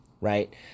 right